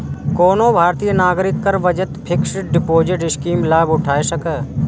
कोनो भारतीय नागरिक कर बचत फिक्स्ड डिपोजिट स्कीम के लाभ उठा सकैए